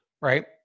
right